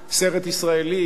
סרט ישראלי,